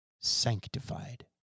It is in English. sanctified